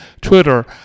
twitter